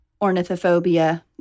ornithophobia